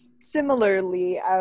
similarly